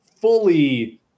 fully